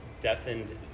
deafened